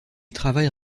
travaille